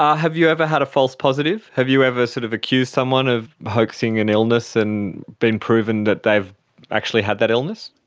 ah have you ever had a false positive, have you ever sort of accused someone of hoaxing an illness and been proven that they have actually had that illness?